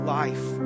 life